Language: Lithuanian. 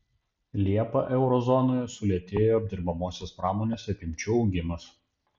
liepą euro zonoje sulėtėjo apdirbamosios pramonės apimčių augimas